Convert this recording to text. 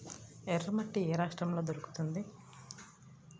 ఎర్రమట్టి ఏ రాష్ట్రంలో దొరుకుతుంది?